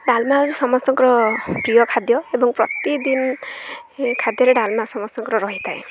ଡାଲମା ହେଉଛି ସମସ୍ତଙ୍କର ପ୍ରିୟ ଖାଦ୍ୟ ଏବଂ ପ୍ରତିଦିନ ଖାଦ୍ୟରେ ଡାଲମା ସମସ୍ତଙ୍କର ରହିଥାଏ